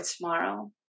tomorrow